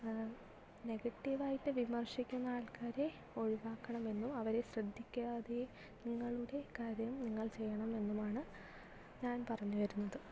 നെഗറ്റിവായിട്ട് വിമർശിക്കുന്ന ആൾക്കാരെ ഒഴിവാക്കണമെന്നും അവരെ ശ്രദ്ധിക്കാതെ നിങ്ങളുടെ കാര്യം നിങ്ങൾ ചെയ്യണമെന്നുമാണ് ഞാൻ പറഞ്ഞു വരുന്നത്